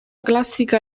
classica